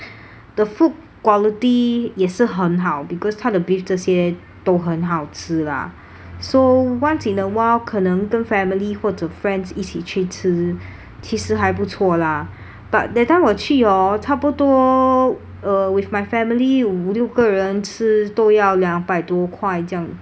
the food quality 也是很好 because 它的 beef 这些都很好吃 lah so once in a while 可能跟 family 或者 friends 一起去吃其实还不错 lah but that time 我去 hor 差不多 uh with my family 五六个人吃都要两百多块这样子啊